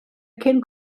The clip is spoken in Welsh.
cyn